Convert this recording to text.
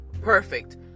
perfect